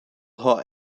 hot